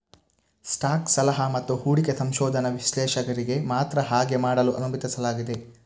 stock ಸಲಹಾ ಮತ್ತು ಹೂಡಿಕೆ ಸಂಶೋಧನಾ ವಿಶ್ಲೇಷಕರಿಗೆ ಮಾತ್ರ ಹಾಗೆ ಮಾಡಲು ಅನುಮತಿಸಲಾಗಿದೆ